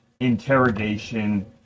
interrogation